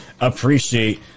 Appreciate